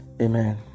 Amen